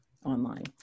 Online